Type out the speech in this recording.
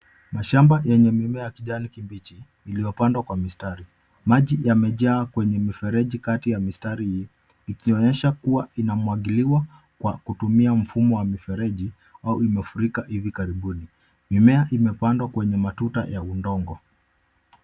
Mashamba yenye mimea ya kijani kibichi iliyopandwa kwa mistari. Maji yamejaa kwenye mifereji kati ya mistari hii ikionyesha kuwa inamwagiliwa kwa kutumia mfumo wa mifereji au imefurika ivi karibuni. Mimea imepandwa kwenye matuta ya udongo.